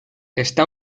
está